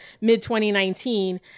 mid-2019